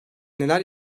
neler